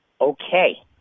okay